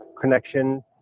connection